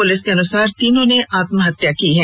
police के अनुसार तीनों ने आत्महत्या की हैं